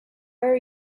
are